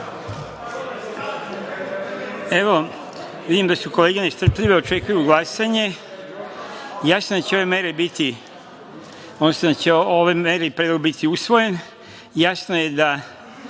da su kolege nestrpljive, očekuju glasanje. Jasno je da će ove mere, odnosno da će ove mere i predlog biti usvojen. Jasno je da